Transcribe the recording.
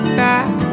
back